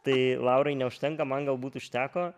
tai laurai neužtenka man galbūt užteko